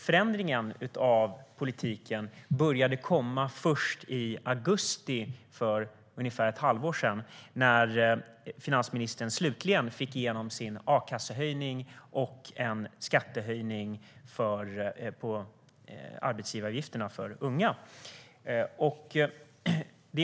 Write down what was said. Förändringen av politiken började komma först i augusti, för ungefär ett halvår sedan, när finansministern slutligen fick igenom sin a-kassehöjning och en skattehöjning av arbetsgivaravgifterna för unga.